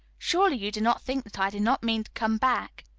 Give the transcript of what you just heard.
surely you do not think that i do not mean to come back?